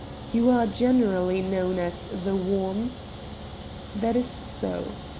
you are generally known as the worm that is so.